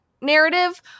narrative